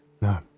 no